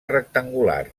rectangular